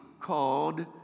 called